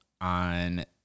on